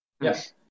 Yes